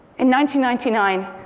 and ninety ninety nine,